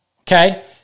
Okay